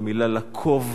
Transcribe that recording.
במלה "לקוב".